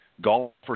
Golfers